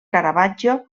caravaggio